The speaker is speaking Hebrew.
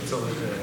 הזמן.